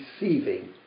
receiving